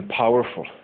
powerful